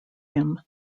him